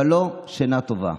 אבל לא שינה טובה.